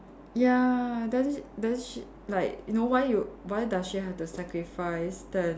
ya then sh~ then she like you know why you why does she have to sacrifice then